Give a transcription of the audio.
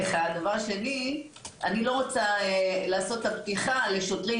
אני לא רוצה לעשות את הפתיחה שאומרת שלשוטרים